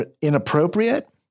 inappropriate